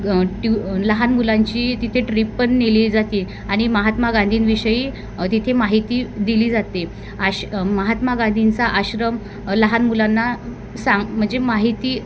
ट्यू लहान मुलांची तिथे ट्रीप पण नेली जाती आणि महात्मा गांधींविषयी तिथे माहिती दिली जाते आश महात्मा गांधींचा आश्रम लहान मुलांना सांग म्हणजे माहिती